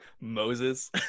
Moses